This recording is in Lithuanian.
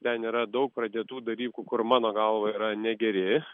ten yra daug pradėtų dalykų kur mano galva yra negeri